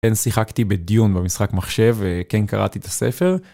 כן שיחקתי בדיון במשחק מחשב וכן קראתי את הספר.